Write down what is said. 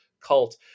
cult